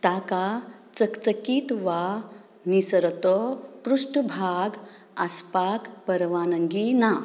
ताका चकचकीत वा निसरतो पृश्ठभाग आसपाक परवानगी ना